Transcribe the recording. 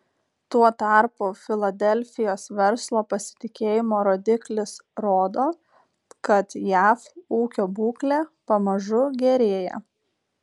tuo tarpu filadelfijos verslo pasitikėjimo rodiklis rodo kad jav ūkio būklė pamažu gerėja